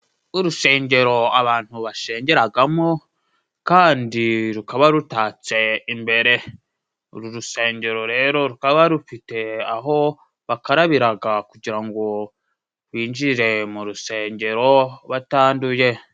Urusengero abantu basengeragamo kandi rukaba rutatse imbere. Uru rusengero rero rukaba rufite aho bakarabiraga, kugira ngo binjire mu rusengero batanduye.